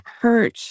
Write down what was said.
hurt